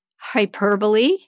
hyperbole